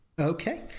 Okay